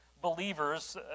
believers